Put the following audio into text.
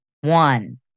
one